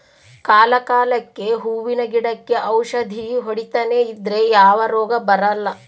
ಕಾಲ ಕಾಲಕ್ಕೆಹೂವಿನ ಗಿಡಕ್ಕೆ ಔಷಧಿ ಹೊಡಿತನೆ ಇದ್ರೆ ಯಾವ ರೋಗ ಬರಲ್ಲ